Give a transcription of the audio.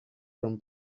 from